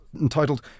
entitled